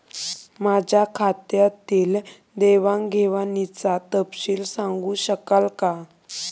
माझ्या खात्यातील देवाणघेवाणीचा तपशील सांगू शकाल काय?